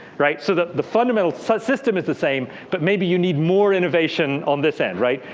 right? so the the fundamental but system is the same, but maybe you need more innovation on this end, right.